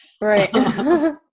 right